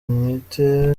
ntwite